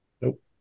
Nope